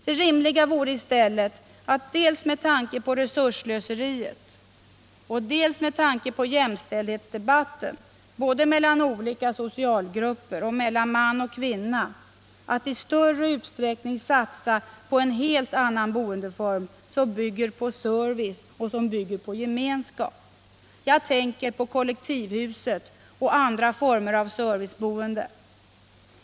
Det rimliga vore i stället, dels med tanke på resursslöseriet, dels med tanke på jämställdheten både mellan olika socialgrupper och mellan man och kvinna, att i större utsträckning satsa på en helt annan boendeform som bygger på service och gemenskap. Jag tänker på kollektivhuset och andra former av serviceboende.